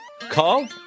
call